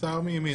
שר מימינה.